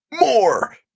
more